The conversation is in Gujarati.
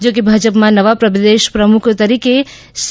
જોકે ભાજપમાં નવા પ્રદેશ પ્રમુખ તરીકે સી